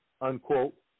unquote